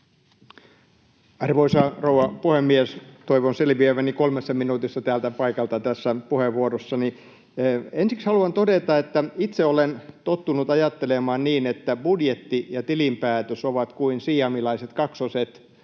Arvoisa rouva puhemies! Toivon selviäväni tästä puheenvuorostani kolmessa minuutissa täältä paikaltani. Ensiksi haluan todeta, että itse olen tottunut ajattelemaan niin, että budjetti ja tilinpäätös ovat kuin siamilaiset kaksoset,